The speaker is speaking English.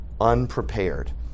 unprepared